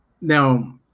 Now